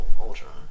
Ultron